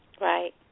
right